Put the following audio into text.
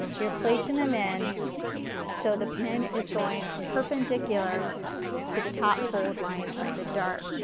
you're placing them in so the pin is going perpendicular to the top fold line of the dart.